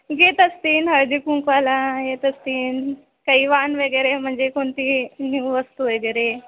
घेत असतील हळदी कुंकवाला येत असतील काही वाण वगैरे म्हणजे कोणती न्यू वस्तू वगैरे